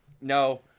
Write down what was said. No